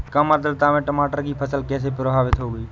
कम आर्द्रता में टमाटर की फसल कैसे प्रभावित होगी?